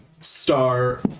star